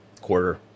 quarter